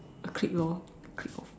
a clique lor clique of